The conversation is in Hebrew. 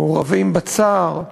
מעורבים בצער.